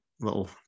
Little